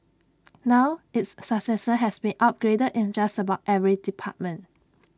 now its successor has been upgraded in just about every department